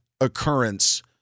occurrence